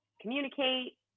communicate